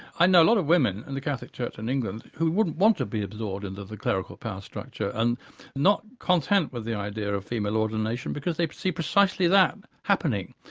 i know a lot of women in the catholic church in england who wouldn't want to be absorbed and into the clerical power structure and not content with the idea of female ordination because they see precisely that happening.